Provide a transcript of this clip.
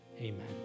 Amen